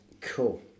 cool